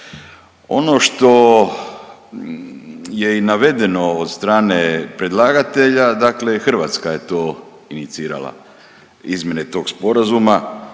Ono što je i navedeno od strane predlagatelja dakle Hrvatska je to inicirala izmjene tog sporazuma,